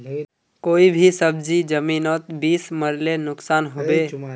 कोई भी सब्जी जमिनोत बीस मरले नुकसान होबे?